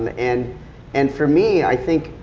and and and for me, i think,